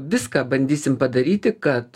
viską bandysim padaryti kad